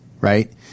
right